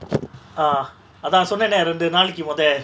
ah அதா சொன்னனே ரெண்டு நாளைக்கு மொத:atha sonnane rendu naalaiku motha